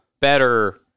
better